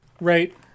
Right